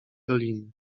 doliny